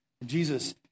Jesus